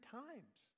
times